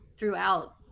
throughout